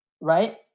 right